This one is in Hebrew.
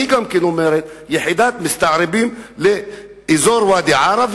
אומרת: יחידת מסתערבים לאזור ואדי-עארה,